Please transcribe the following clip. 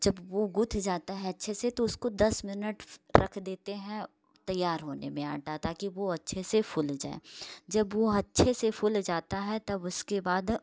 चब वो गूँथ जाता है अच्छे से तो उसको दस मिनट रख देते हैं तैयार होने में आटा ताकी वो अच्छे से फूल जाए जब वो अच्छे से फूल जाता है तब उसके बाघ